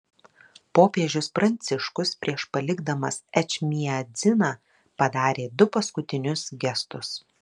popiežius pranciškus prieš palikdamas ečmiadziną padarė du paskutinius gestus